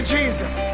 Jesus